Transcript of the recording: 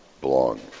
belong